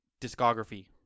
discography